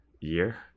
year